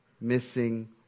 missing